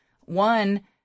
one